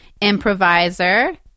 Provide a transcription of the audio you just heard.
improviser